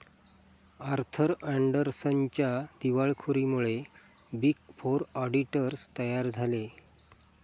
Arthur अँडरसनच्या दिवाळखोरीमुळे big four auditors तयार झाले